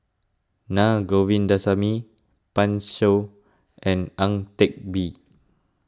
Na Govindasamy Pan Shou and Ang Teck Bee